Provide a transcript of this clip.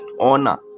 honor